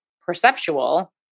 perceptual